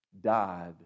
died